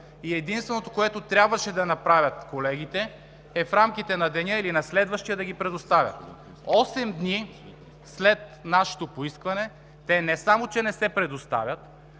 и единственото, което трябваше да направят колегите, е в рамките на деня или на следващия да ги предоставят. Осем дни след нашето поискване те не само че не се предоставят,